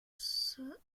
sacerdoce